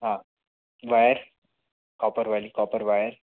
हाँ wire copper वाली copper wire